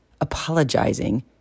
apologizing